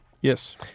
yes